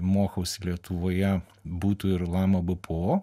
mokausi lietuvoje būtų ir lama bpo